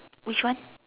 which one